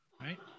right